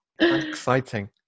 Exciting